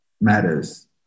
matters